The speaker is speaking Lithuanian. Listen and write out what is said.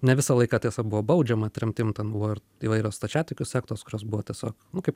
ne visą laiką tiesa buvo baudžiama tremtim ten buvo ir įvairios stačiatikių sektos kurios buvo tiesiog nu kaip